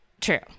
True